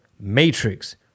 matrix